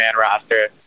roster